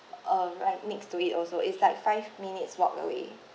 uh right next to it also it's like five minutes walk away